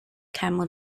camel